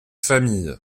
famille